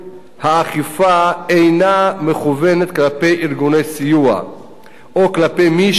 האכיפה אינה מכוונת כלפי ארגוני סיוע או כלפי מי